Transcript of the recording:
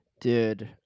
Dude